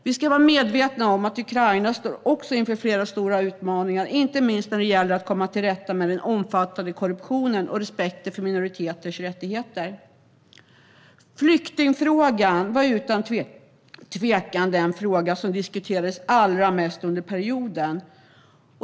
Vi ska vara medvetna om att Ukraina också står inför flera stora utmaningar, inte minst när det gäller att komma till rätta med den omfattande korruptionen och respekten för minoriteters rättigheter. Flyktingfrågan var utan tvekan den fråga som diskuterades allra mest under perioden.